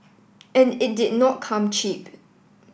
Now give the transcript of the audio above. and it did not come cheap